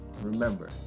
Remember